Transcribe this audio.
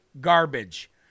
garbage